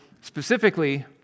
Specifically